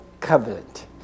covenant